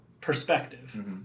perspective